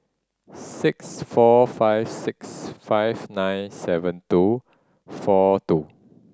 six four five six five nine seven two four two